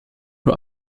who